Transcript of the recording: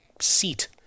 seat